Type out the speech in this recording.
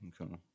Okay